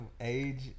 age